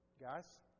Guys